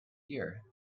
year